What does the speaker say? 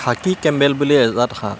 খাকী Campbell বুলি এজাত হাঁহ